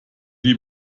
die